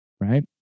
right